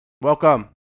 Welcome